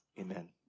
Amen